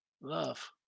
Love